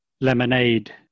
Lemonade